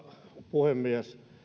puhemies